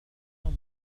عمرك